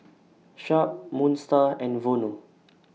Sharp Moon STAR and Vono